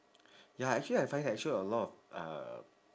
ya actually I find that show a lot of uh